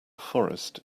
forest